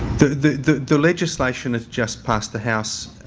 the the the legislation that's just passed the house